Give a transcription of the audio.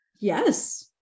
Yes